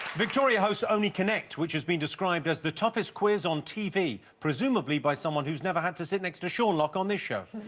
victoria hosts only connect which has been described as the toughest quiz on tv presumably by someone who's never had to sit next to sean locke on this show